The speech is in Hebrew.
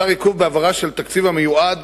בהעברה של תקציב המיועד